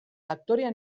aktorea